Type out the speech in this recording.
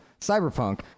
cyberpunk